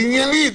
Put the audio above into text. עניינית,